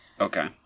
Okay